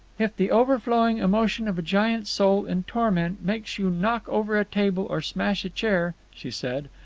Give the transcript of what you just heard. if the overflowing emotion of a giant soul in torment makes you knock over a table or smash a chair, she said,